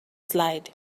slide